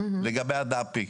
לגבי הדאמפינג.